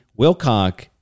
Wilcock